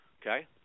okay